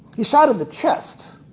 he's shot in the chest,